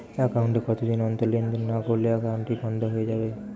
Account এ কতদিন অন্তর লেনদেন না করলে একাউন্টটি কি বন্ধ হয়ে যাবে?